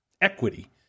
equity